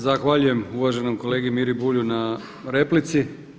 Zahvaljujem uvaženom kolegi Miri Bulju na replici.